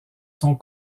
sont